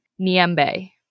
Niembe